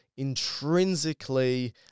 intrinsically